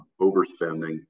overspending